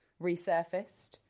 resurfaced